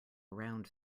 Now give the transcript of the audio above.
around